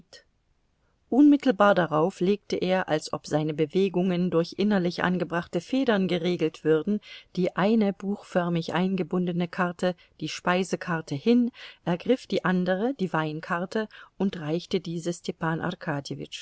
unmittelbar darauf legte er als ob seine bewegungen durch innerlich angebrachte federn geregelt würden die eine buchförmig eingebundene karte die speisekarte hin ergriff die andere die weinkarte und reichte diese